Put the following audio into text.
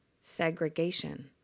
segregation